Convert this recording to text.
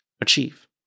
achieve